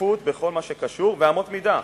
שקיפות בכל מה שקשור, ואמות מידה.